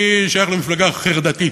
אני שייך למפלגה חרדתית.